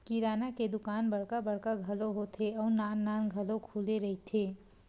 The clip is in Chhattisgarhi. किराना के दुकान बड़का बड़का घलो होथे अउ नान नान घलो खुले रहिथे